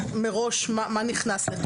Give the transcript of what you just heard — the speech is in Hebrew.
מראש מה נכנס.